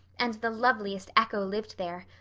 and the loveliest echo lived there.